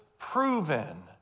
proven